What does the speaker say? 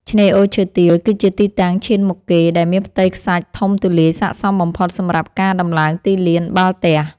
ឆ្នេរអូឈើទាលគឺជាទីតាំងឈានមុខគេ ដែលមានផ្ទៃខ្សាច់ធំទូលាយស័ក្តិសមបំផុតសម្រាប់ការដំឡើងទីលានបាល់ទះ។